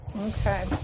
Okay